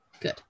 Good